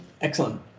Excellent